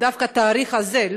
ודווקא את התאריך הזה,